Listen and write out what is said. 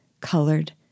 colored